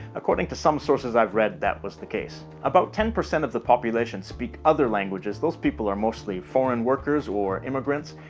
according to some sources i've read, that was the case. about ten percent of the population speak other languages, those people are mostly foreign workers or immigrants.